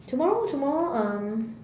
tomorrow tomorrow um